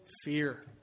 fear